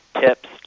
tips